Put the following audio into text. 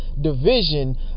division